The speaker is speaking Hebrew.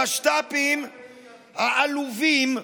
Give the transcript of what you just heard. המשת"פים העלובים,